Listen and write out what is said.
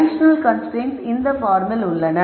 additional constraints இந்த பார்மில் உள்ளன